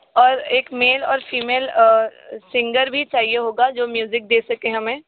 और एक मेल और फीमेल सिंगर भी चाहिए होगा जो म्यूज़िक दे सकें हमें